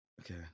okay